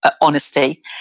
honesty